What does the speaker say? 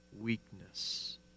weakness